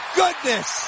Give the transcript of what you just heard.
goodness